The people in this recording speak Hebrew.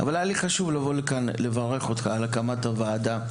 אבל היה לי חשוב לבוא לכאן לברך אותך על הקמת הוועדה.